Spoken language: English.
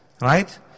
Right